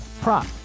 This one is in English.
prop